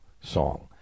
song